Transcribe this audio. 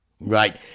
Right